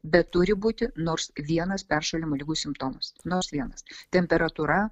bet turi būti nors vienas peršalimo ligų simptomas nors vienas temperatūra